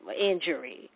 injury